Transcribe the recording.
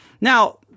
Now